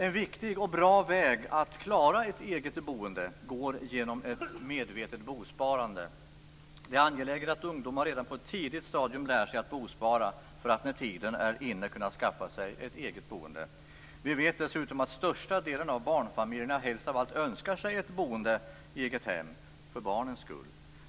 En viktig och bra väg att klara ett eget boende går genom ett medvetet bosparande. Det är angeläget att ungdomar redan på ett tidigt stadium lär sig att bospara, för att när tiden är inne kunna skaffa sig ett eget boende. Vi vet dessutom att största delen av barnfamiljerna helst av allt önskar sig ett boende i eget hem för barnens skull.